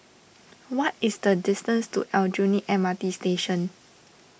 what is the distance to Aljunied M R T Station